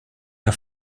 der